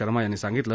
शर्मा यांनी सांगितलं